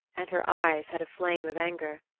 and her eyes had a flame of anger.